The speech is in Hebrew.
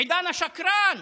עידן השקרן?